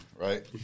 right